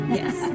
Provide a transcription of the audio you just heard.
yes